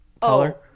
color